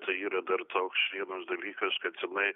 tai yra dar toks vienas dalykas kad tenai